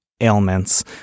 ailments